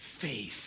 Faith